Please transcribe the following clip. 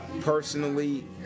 Personally